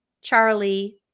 Charlie